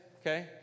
okay